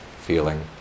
feeling